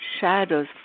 shadows